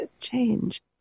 change